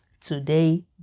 today